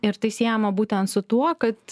ir tai siejama būtent su tuo kad